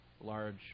large